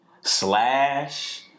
slash